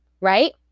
right